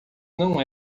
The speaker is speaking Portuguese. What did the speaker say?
não